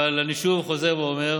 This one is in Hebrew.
אבל אני שוב חוזר ואומר